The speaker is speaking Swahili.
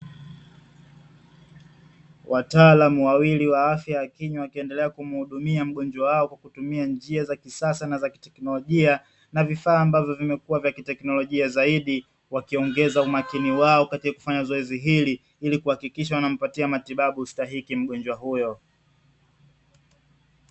Wataalamu wawili wa afya ya kinywa, wakiendelea kumhudumia mgonjwa wao kwa kutumia njia za kisasa na kiteknolojia na vifaa ambavyo vimekua ni kiteknolojia zaidi ,wakiongeza umakini wao katika kufanya zoezil hili, ili kuhakikisha wanampatia matibabu stahiki mgonjwa huyo.